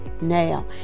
now